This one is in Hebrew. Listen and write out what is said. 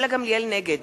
נגד